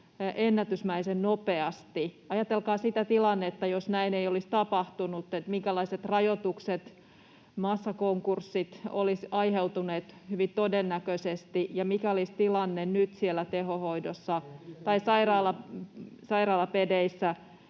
ennätysmäisen nopeasti. Ajatelkaa sitä tilannetta, jos näin ei olisi tapahtunut, minkälaiset rajoitukset ja massakonkurssit olisivat hyvin todennäköisesti aiheutuneet ja mikä olisi tilanne nyt siellä tehohoidossa tai sairaalapedeissä